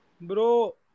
Bro